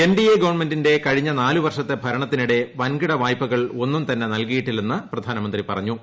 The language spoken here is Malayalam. എൻ ഡി എ ഗവൺമെന്റിന്റെ കഴിഞ്ഞ നാലു വർഷത്തെ ഭരണത്തിനിടെ വൻകിട വായ്പകൾ ഒന്നും തന്നെ നൽകിയിട്ടില്ലെന്ന് പ്രധാനമന്ത്രി പറഞ്ഞു